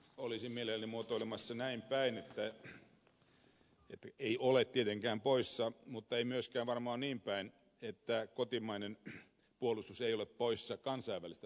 olisin mielelläni muotoilemassa näin päin että ei ole tietenkään poissa mutta ei myöskään varmaan niin päin että kotimainen puolustus olisi poissa kansainvälisestä toiminnasta